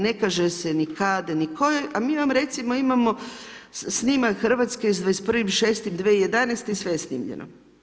Ne kaže se ni kad ni koje a mi vam recimo imamo snimak Hrvatske sa 21.6.2011., sve je snimljeno.